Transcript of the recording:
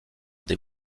des